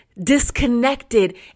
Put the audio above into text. disconnected